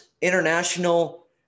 international